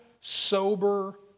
sober